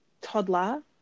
toddler